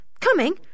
Coming